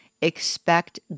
expect